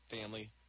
family